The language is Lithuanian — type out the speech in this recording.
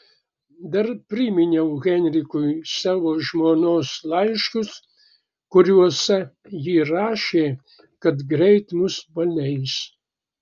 dar priminiau henrikui savo žmonos laiškus kuriuose ji rašė kad greit mus paleis